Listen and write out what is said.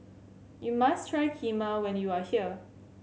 you must try Kheema when you are here